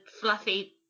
fluffy